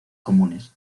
comunes